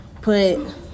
put